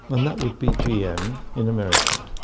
and that would be gm in america.